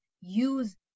use